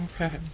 Okay